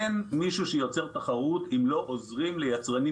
אין מישהו שיוצר תחרות אם לא עוזרים ליצרנים